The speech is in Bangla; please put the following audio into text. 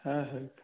হ্যাঁ হ্যাঁ